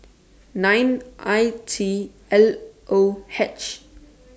nine I T L O H